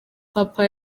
papa